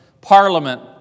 parliament